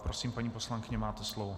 Prosím, paní poslankyně, máte slovo.